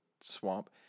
swamp